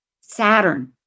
Saturn